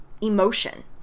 emotion